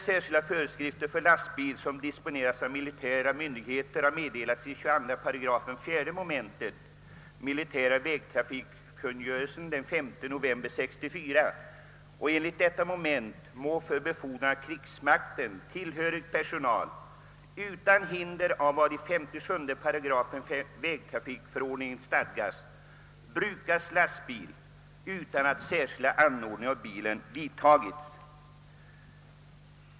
Särskilda föreskrifter för lastbil som disponeras för militära myndigheter har meddelats i 8 22 mom. 4 i militära vägtrafikkungörelsen av den 5 november 1954, och enligt detta moment må för befordran av krigsmakten tillhörig personal utan hinder av vad i § 57 i vägtrafikförordningen stadgas brukas lastbil utan att särskilda anordningar på bilen vidtagits.